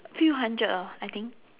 few hundred lor I think